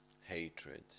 hatred